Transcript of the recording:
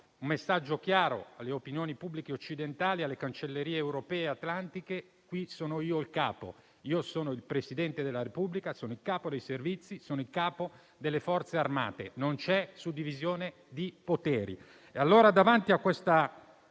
un messaggio chiaro alle opinioni pubbliche occidentali e alle cancellerie europee e atlantiche: qui sono io il capo, sono il Presidente della Repubblica, sono il capo dei servizi, sono il capo delle forze armate, non c'è suddivisione di poteri.